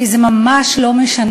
כי זה ממש לא משנה,